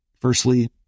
Firstly